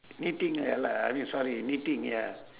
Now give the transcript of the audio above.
knitting ya lah I mean sorry knitting ya